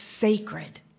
sacred